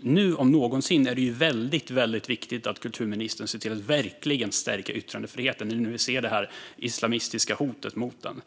Nu om någonsin är det väldigt viktigt att kulturministern ser till att verkligen stärka yttrandefriheten, när vi nu ser det här islamistiska hotet mot den.